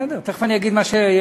תכף אני אגיד מה שיש,